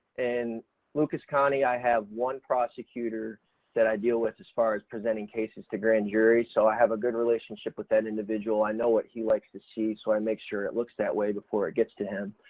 and lucas county i have one prosecutor that i deal with as far as presenting cases to grand juries, so i have a good relationship with that individual, i know what he likes to see, so i make sure it looks that way before it gets to him,